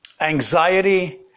anxiety